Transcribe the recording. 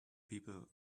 people